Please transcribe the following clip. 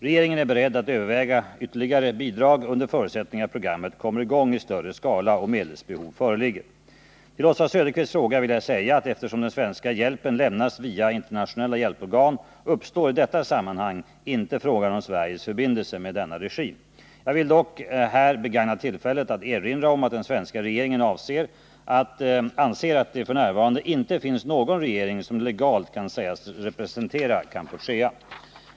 Regeringen är beredd att överväga ytterligare bidrag under förutsättning att programmet kommer i gång i större skala och medelsbehov föreligger. Till Oswald Söderqvists fråga vill jag säga att eftersom den svenska hjälpen lämnas via internationella hjälporgan uppstår i detta sammanhang inte frågan om Sveriges förbindelser med denna regim. Jag vill dock här begagna tillfället att erinra om att den svenska regeringen anser att det f. n. inte finns någon regering som legalt kan sägas representera Kampuchea.